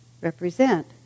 represent